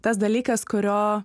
tas dalykas kurio